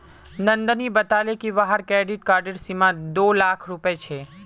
नंदनी बताले कि वहार क्रेडिट कार्डेर सीमा दो लाख रुपए छे